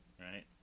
right